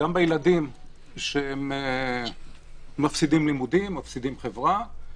בילדים שמפסידים לימודים, מפסידים חברה,